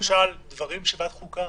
למשל דברים שוועדת החוקה